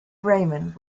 raymond